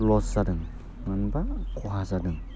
लस जादों मानो होनबा खहा जादों